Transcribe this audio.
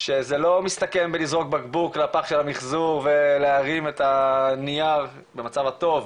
שזה לא מסתכם בלזרוק בקבוק לפח של המחזור ולהרים את הנייר במצב הטוב,